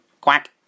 Quack